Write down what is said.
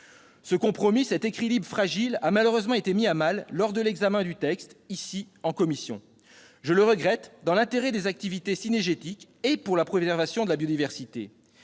Ce compromis, cet équilibre fragile, a malheureusement été mis à mal lors de l'examen du texte ici en commission. Je le regrette, dans l'intérêt des activités cynégétiques et pour la préservation de la biodiversité.